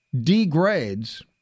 degrades